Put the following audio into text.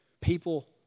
People